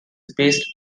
based